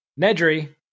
Nedry